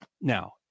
Now